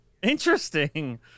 interesting